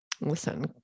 listen